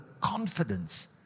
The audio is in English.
confidence